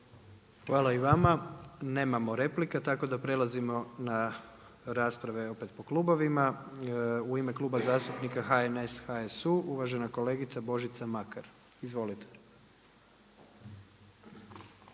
Hvala i vama. Nemamo replika, tako da prelazimo na rasprave opet po klubovima. U ime Kluba zastupnika HNS, HSU uvažena kolegica Božica Makar. Izvolite.